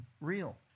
real